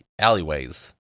alleyways